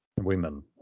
women